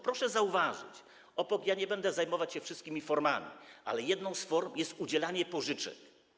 Proszę zauważyć, nie będę zajmować się wszystkimi formami, ale jedną z form jest udzielanie pożyczek.